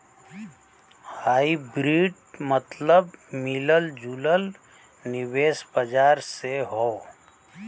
hybrid मतबल मिलल जुलल निवेश बाजार से हौ